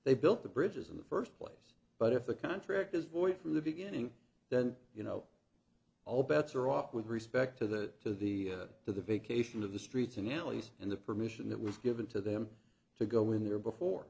they built the bridges in the first place but if the contract is void from the beginning then you know all bets are off with respect to that to the to the vacation of the streets and alleys and the permission that was given to them to go in there before